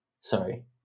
sorry